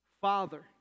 Father